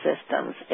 systems